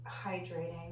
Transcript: hydrating